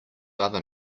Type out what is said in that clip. other